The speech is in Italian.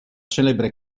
celebre